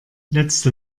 letzte